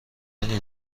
این